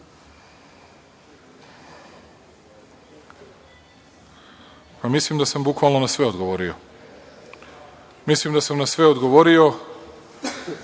Mislim da sam bukvalno na sve odgovorio. Mislim da sam na sve odgovorio.